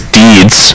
deeds